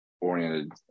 oriented